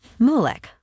Mulek